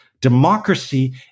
democracy